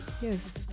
yes